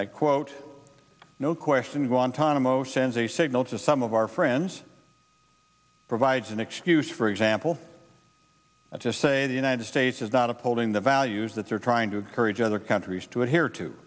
said quote no question guantanamo sends a signal to some of our friends provides an excuse for example to say the united states is not upholding the values that they're trying to encourage other countries to adhere to